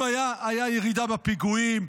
אם הייתה ירידה בפיגועים,